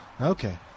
Okay